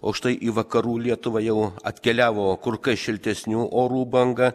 o štai į vakarų lietuvą jau atkeliavo kur kas šiltesnių orų banga